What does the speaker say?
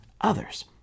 others